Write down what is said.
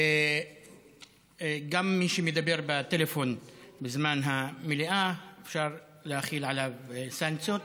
גם מי שמדבר בטלפון בזמן המליאה אפשר להחיל עליו סנקציות.